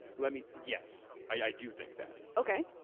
let me, yes, i do think that. okay.